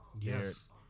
Yes